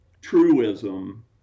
truism